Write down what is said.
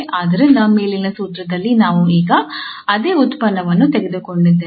ಆದ್ದರಿಂದ ಮೇಲಿನ ಸೂತ್ರದಲ್ಲಿ ನಾವು ಈಗ ಅದೇ ಉತ್ಪನ್ನವನ್ನು ತೆಗೆದುಕೊಂಡಿದ್ದೇವೆ